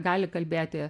gali kalbėti